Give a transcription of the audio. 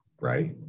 right